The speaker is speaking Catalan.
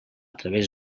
través